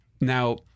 now